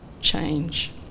change